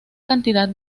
cantidad